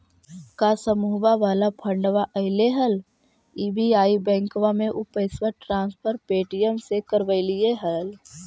का समुहवा वाला फंडवा ऐले हल एस.बी.आई बैंकवा मे ऊ पैसवा ट्रांसफर पे.टी.एम से करवैलीऐ हल?